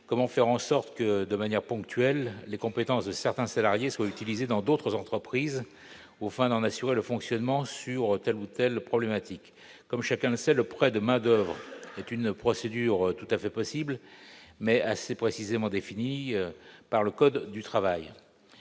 comment faire en sorte que, de manière ponctuelle, les compétences de certains salariés soient utilisées dans d'autres entreprises afin d'en assurer le fonctionnement pour telle ou telle problématique ? Comme chacun le sait, le prêt de main-d'oeuvre est une procédure autorisée, mais assez précisément définie par le code du travail.